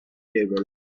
table